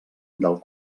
del